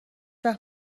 وقت